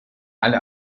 alle